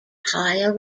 higher